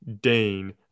Dane